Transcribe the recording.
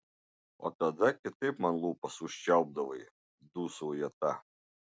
o tada kitaip man lūpas užčiaupdavai dūsauja ta